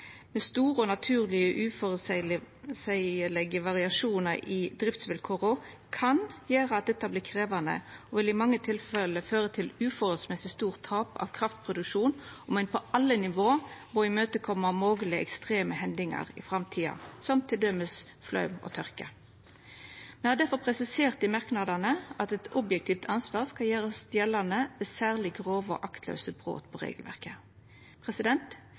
store, naturlege og uføreseielege variasjonar i driftsvilkåra kan gjera at dette vert krevjande, og det vil i mange tilfelle føre til eit etter forholda for stort tap av kraftproduksjon om ein på alle nivå må imøtekoma moglege ekstreme hendingar i framtida, som t.d. flaum og tørke. Me har difor presisert i merknadene at eit objektivt ansvar skal gjerast gjeldande ved særleg grove og aktlause brot på regelverket.